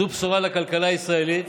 זאת בשורה לכלכלה הישראלית